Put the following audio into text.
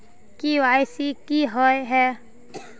KYC की हिये है?